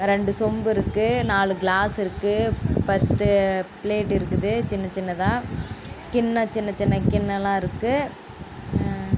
ரெண்டு சொம்பு இருக்குது நாலு கிளாஸ் இருக்குது பத்து பிளேட் இருக்குது சின்ன சின்னதாக கிண்ணம் சின்ன சின்ன கிண்ணம்லாம் இருக்குது